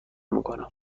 میکنم